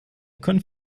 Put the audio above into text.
können